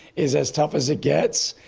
is as tough as it gets.